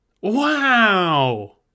Wow